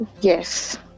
Yes